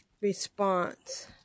response